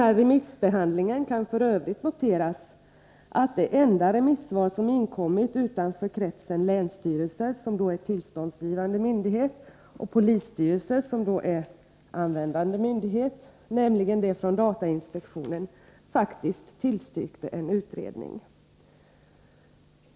Från remissbehandlingen kan f. ö. också noteras att man i det enda remissyttrande som inkommit utanför kretsen av länsstyrelser, som är tillståndsgivande myndigheter, och polisstyrelser, som är användande myndigheter, nämligen yttrandet från datainspektionen, faktiskt tillstyrkte en utredning.